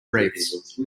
wreaths